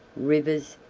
rivers,